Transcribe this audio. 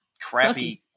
crappy